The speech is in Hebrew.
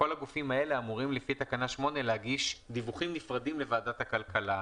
כל הגופים האלה אמורים לפי תקנה 8 להגיש דיווחים נפרדים לוועדת הכלכלה.